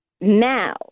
now